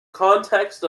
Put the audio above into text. context